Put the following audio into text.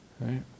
Right